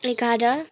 एघार